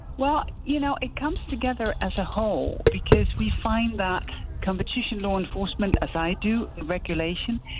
well, you know it comes together as a whole, because we find that competition, law enforcement as i do and regulation,